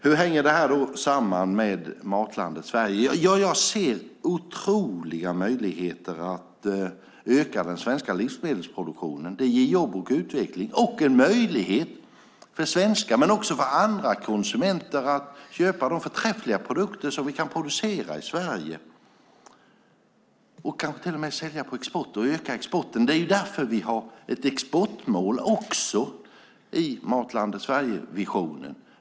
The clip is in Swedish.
Hur hänger då detta samman med Matlandet Sverige? Ja, jag ser otroliga möjligheter att öka den svenska livsmedelsproduktionen. Det ger jobb, utveckling och en möjlighet för inte bara svenskar utan också andra konsumenter att köpa de förträffliga produkter vi kan producera i Sverige och kanske till och med möjligheten att sälja på export och öka exporten. Det är därför vi också har ett exportmål i visionen om Matlandet Sverige.